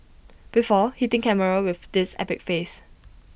before hitting camera with this epic face